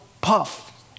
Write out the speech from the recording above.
puff